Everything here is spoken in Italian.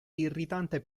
irritante